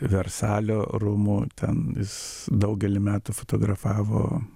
versalio rūmų ten jis daugelį metų fotografavo